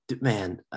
man